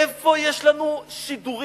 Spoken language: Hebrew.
איפה יש לנו שידורים?